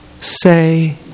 say